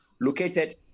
located